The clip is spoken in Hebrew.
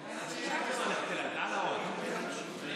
לפני כמה ימים התבשרנו שפעילויות ארגוני ותנועות הנוער אסורות גם